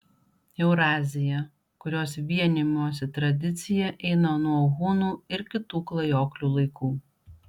eurazija kurios vienijimosi tradicija eina nuo hunų ir kitų klajoklių laikų